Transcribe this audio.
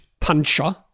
puncher